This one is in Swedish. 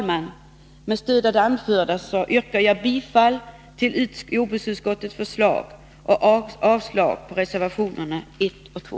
Med stöd av det anförda yrkar jag bifall till jordbruksutskottets förslag och avslag på reservationerna 1 och 2.